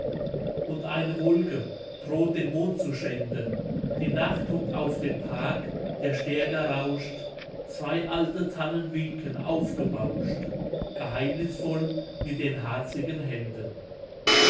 und eine wolke droht den mond zu schänden die nacht hockt auf dem park der stärker rauscht zwei alte tannen winken aufgebauscht geheimnisvoll mit den harzigen händen